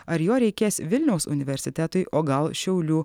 ar jo reikės vilniaus universitetui o gal šiaulių